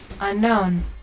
Unknown